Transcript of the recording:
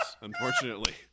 unfortunately